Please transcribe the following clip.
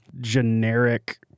generic